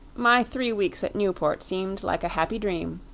my three weeks at newport seemed like a happy dream.